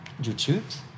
YouTube